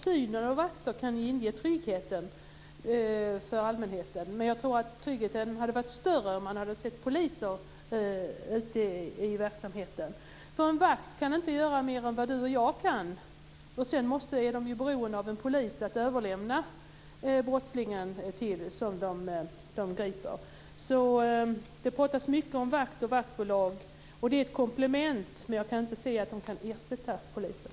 Det kan inge trygghet för allmänheten om man ser vakter. Jag tror dock att tryggheten hade varit större om man hade sett poliser. En vakt kan inte göra mer än du och jag. De är beroende av att överlämna brottslingen de griper till en polis. Det pratas mycket om vakter och vaktbolag. Det är ett komplement. Men de kan inte ersätta polisen.